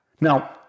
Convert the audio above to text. Now